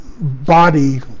body